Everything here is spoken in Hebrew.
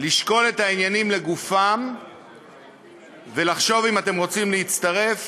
לשקול את העניינים לגופם ולחשוב אם אתם רוצים להצטרף